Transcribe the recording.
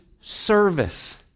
service